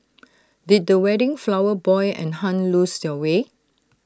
did the wedding flower boy and Hun lose their way